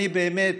אני באמת,